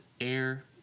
air